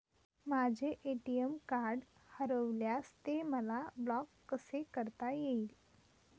माझे ATM card हरविल्यास ते मला ब्लॉक कसे करता येईल?